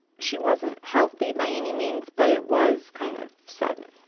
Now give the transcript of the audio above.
she wasn't healthy by any means, but it was kind of sudden.